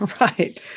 Right